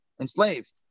enslaved